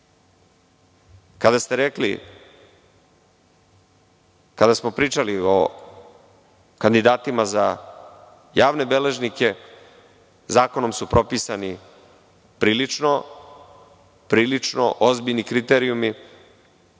na tome. Kada smo pričali o kandidatima za javne beležnike, zakonom su propisani prilično ozbiljni kriterijumi.